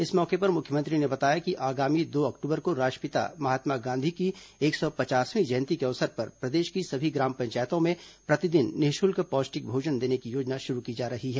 इस मौके पर मुख्यमंत्री ने बताया कि आगामी दो अक्टूबर को राष्ट्रपिता महात्मा गांधी की एक सौ पचासवीं जयंती के अवसर पर प्रदेश की सभी ग्राम पंचायतों में प्रतिदिन निःशुल्क पौष्टिक भोजन देने की योजना शुरू की जा रही है